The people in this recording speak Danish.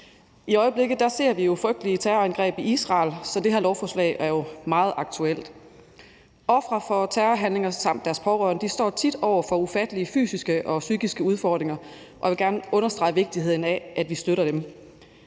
I øjeblikket ser vi frygtelige terrorangreb i Israel, så det her lovforslag er jo meget aktuelt. Ofre for terrorhandlinger samt deres pårørende står tit over for ufattelige fysiske og psykiske udfordringer, og jeg vil gerne understrege vigtigheden af, at vi støtter dem.